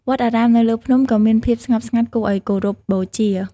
វត្តអារាមនៅលើភ្នំក៏មានភាពស្ងប់ស្ងាត់គួរឲ្យគោរពបូជា។